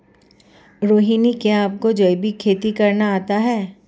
रोहिणी, क्या आपको जैविक खेती करना आता है?